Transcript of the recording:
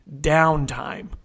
downtime